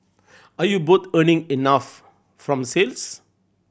are you both earning enough from sales